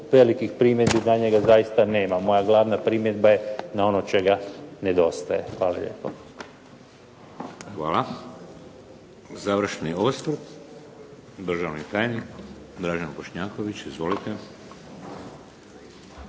velikih primjedbi na njega zaista nemam. Moja glavna primjedba je na ono čega nedostaje. Hvala lijepo. **Šeks, Vladimir (HDZ)** Hvala. Završni osvrt državni tajnik, Dražen Bošnjaković. Izvolite.